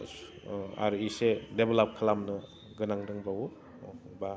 आरो एसे डेब्लाब खालामनो गोनां दंबावो बा